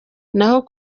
naho